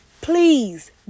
please